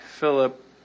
Philip